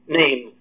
name